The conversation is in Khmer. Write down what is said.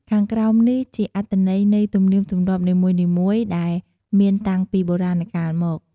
ខាងក្រោមនេះជាអត្ថន័យនៃទំនៀមទម្លាប់នីមួយៗដែលមានតាំងពីបុរាណកាលមក។